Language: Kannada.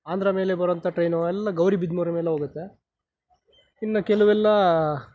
ಆಂಧ್ರ ಮೇಲೆ ಬರೋ ಅಂಥ ಟ್ರೈನು ಎಲ್ಲ ಗೌರಿಬಿದನೂರು ಮೇಲೆ ಹೋಗುತ್ತೆ ಇನ್ನೂ ಕೆಲವೆಲ್ಲ